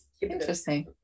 Interesting